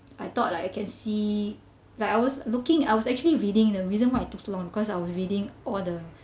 I thought like I can see like I was looking I was actually reading the reason why it took so long because I was reading all the